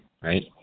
right